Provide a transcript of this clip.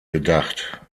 gedacht